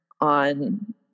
on